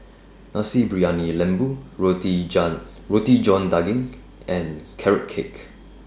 Nasi Briyani Lembu Roti Roti John Daging and Carrot Cake